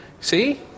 See